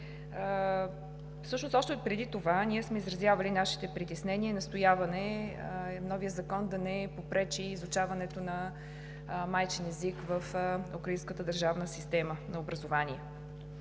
още преди това, ние сме изразявали нашите притеснения и настояване новият закон да не попречи на изучаването на майчин език в украинската